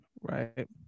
Right